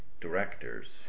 directors